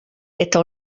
eta